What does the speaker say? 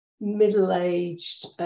middle-aged